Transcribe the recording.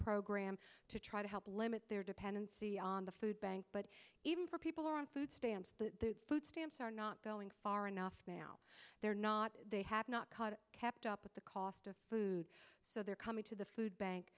program to try to help limit their dependency on the food bank but even for people on food stamps but stamps are not going far enough now they're not they have not kept up with the cost of food so they're coming to the food bank